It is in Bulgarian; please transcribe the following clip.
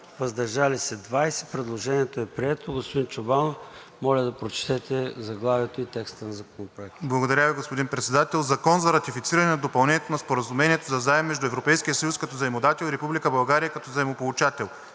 въздържали се 20. Предложението е прието. Господин Чобанов, моля да прочетете заглавието и текста на Законопроекта. ДОКЛАДЧИК ПЕТЪР ЧОБАНОВ: Благодаря Ви, господин Председател. „Проект! ЗАКОН за ратифициране на Допълнението на Споразумението за заем между Европейския съюз като заемодател и Република България като заемополучател